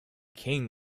king